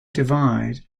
divide